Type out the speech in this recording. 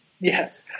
Yes